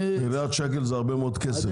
מיליארד שקל זה הרבה מאוד כסף.